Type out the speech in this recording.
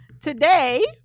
today